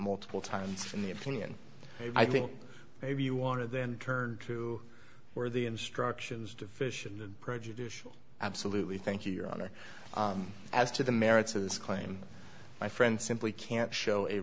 multiple times from the opinion i think maybe you want to then turn to where the instructions deficient and prejudicial absolutely thank you your honor as to the merits of this claim my friend simply can't show a